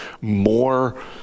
more